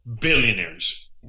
billionaires